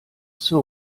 zur